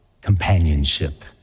companionship